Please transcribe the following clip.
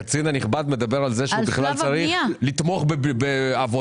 הקצין הנכבד מדבר על זה שבכלל צריך לתמוך בעבודה.